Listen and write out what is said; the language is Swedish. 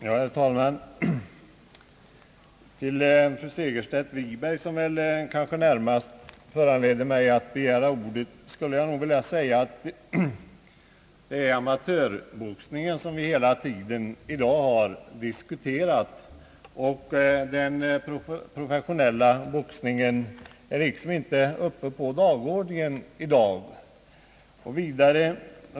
Herr talman! Till fru Segerstedt Wiberg, som närmast föranledde mig att begära ordet, skulle jag vilja säga att det är amatörboxningen som vi hela tiden i dag har diskuterat. Den professionella boxningen är, kan vi säga, inte uppe på dagordningen.